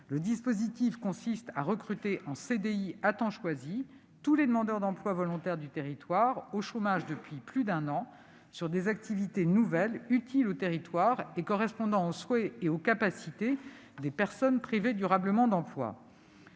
Le dispositif consiste à recruter en CDI à temps choisi tous les demandeurs d'emploi volontaires du territoire au chômage depuis plus d'un an sur des activités nouvelles, utiles au territoire et correspondant aux souhaits et aux capacités des PPDE. Je salue le